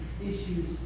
issues